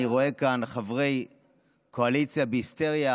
אני רואה כאן חברי קואליציה בהיסטריה